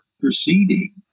proceeding